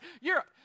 Europe